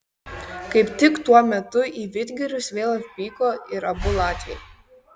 kaip tik tuo metu į vidgirius vėl atvyko ir abu latviai